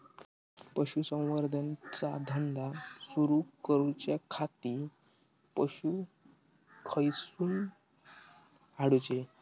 पशुसंवर्धन चा धंदा सुरू करूच्या खाती पशू खईसून हाडूचे?